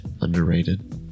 Underrated